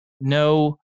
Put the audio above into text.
no